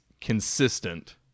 consistent